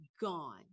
gone